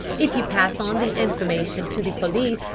if you pass on the information to the police,